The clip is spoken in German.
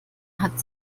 hat